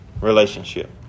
relationship